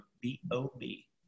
B-O-B